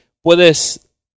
puedes